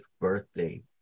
birthday